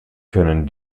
können